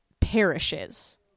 perishes